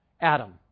Adam